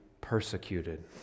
persecuted